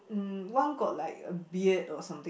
one got like a beard or something